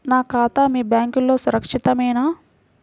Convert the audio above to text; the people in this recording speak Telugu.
నా ఖాతా మీ బ్యాంక్లో సురక్షితమేనా?